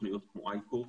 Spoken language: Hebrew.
תוכניות כמו I-CORE,